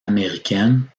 américaine